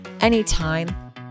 anytime